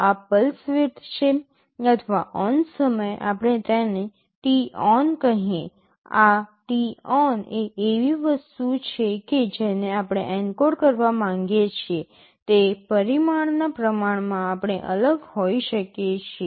આ pulse width છે અથવા ઓન્ સમય આપણે તેને t on કહીએ આ t on એ એવી વસ્તુ છે કે જેને આપણે એન્કોડ કરવા માગીએ છીએ તે પરિમાણના પ્રમાણમાં આપણે અલગ હોઈએ છીએ